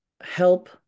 help